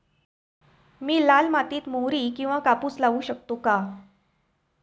मी लाल मातीत मोहरी किंवा कापूस लावू शकतो का?